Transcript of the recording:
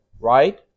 right